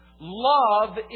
Love